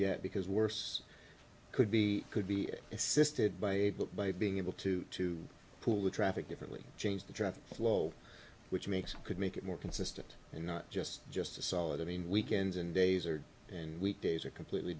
yet because worse could be could be assisted by a book by being able to pull the traffic differently change the traffic flow which makes could make it more consistent and not just just a solid i mean weekends and days or and week days are completely